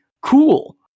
Cool